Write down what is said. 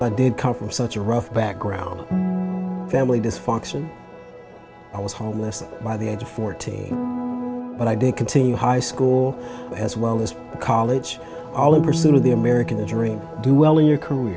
i did come from such a rough background family dysfunction i was homeless by the age of fourteen but i did continue high school as well as college all in pursuit of the american dream do well in your career